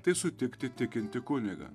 tai sutikti tikintį kunigą